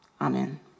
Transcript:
Amen